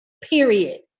period